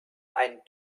ein